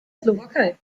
slowakei